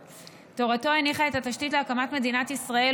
תורתו הניחה את התשתית להקמת מדינת ישראל,